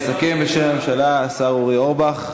יסכם בשם הממשלה השר אורי אורבך,